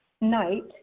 night